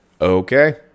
Okay